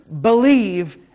believe